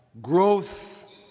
growth